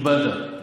קיבלת.